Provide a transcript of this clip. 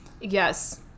yes